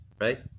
right